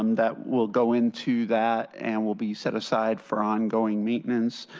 um that will go into that and will be set aside for ongoing maintenance.